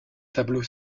tableau